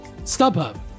StubHub